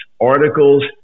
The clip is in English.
articles